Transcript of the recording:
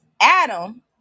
adam